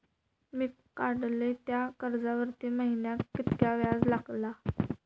मी काडलय त्या कर्जावरती महिन्याक कीतक्या व्याज लागला?